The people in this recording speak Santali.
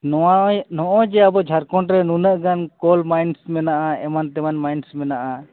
ᱱᱚᱣᱟ ᱱᱚᱜᱼᱚᱸᱭ ᱡᱮ ᱟᱵᱚ ᱡᱷᱟᱲᱠᱷᱚᱸᱰ ᱨᱮ ᱱᱩᱱᱟᱹᱜ ᱜᱟᱱ ᱠᱳᱞ ᱢᱟᱹᱭᱤᱱᱥ ᱢᱮᱱᱟᱜᱼᱟ ᱮᱢᱟᱱᱼᱛᱮᱢᱟᱱ ᱢᱟᱭᱤᱱᱥ ᱢᱮᱱᱟᱜᱼᱟ